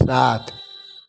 सात